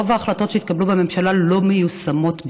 רוב ההחלטות שהתקבלו בממשלה לא מיושמות בכלל.